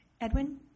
Edwin